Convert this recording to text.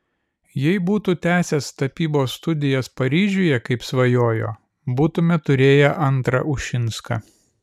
jei būtų tęsęs tapybos studijas paryžiuje kaip svajojo būtumėme turėję antrą ušinską